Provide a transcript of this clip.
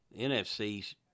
NFC's